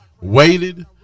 waited